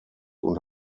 und